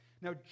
Now